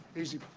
easy.